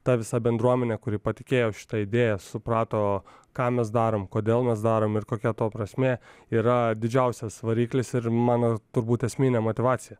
ta visa bendruomenė kuri patikėjo šita idėja suprato ką mes darom kodėl mes darom ir kokia to prasmė yra didžiausias variklis ir mano turbūt esminė motyvacija